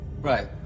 Right